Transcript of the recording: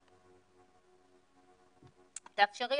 --- תאפשרי,